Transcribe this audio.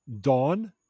Dawn